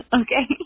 okay